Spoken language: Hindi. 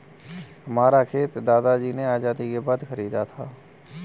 हमारा खेत दादाजी ने आजादी के बाद खरीदा था